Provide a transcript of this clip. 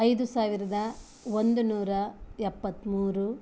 ಐದು ಸಾವಿರದ ಒಂದು ನೂರ ಎಪ್ಪತ್ತ್ಮೂರು